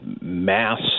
mass